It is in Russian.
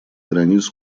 границ